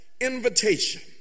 invitation